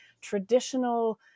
traditional